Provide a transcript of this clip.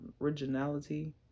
originality